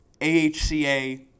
AHCA